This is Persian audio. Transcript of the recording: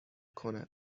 کند